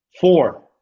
Four